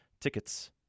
Tickets